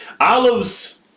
Olives